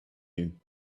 you